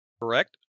Correct